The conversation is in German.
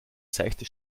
seichte